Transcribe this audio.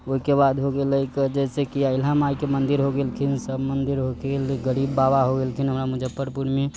ओइके बाद हो गेलै जैसेकि अहिल्या मायके मन्दिर हो गेलखिन सब मन्दिर होलखिन गरीब बाबा हो गेलखिन हमरा मुजफ्फरपुरमे